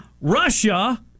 Russia